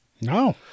No